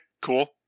cool